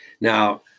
Now